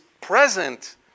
present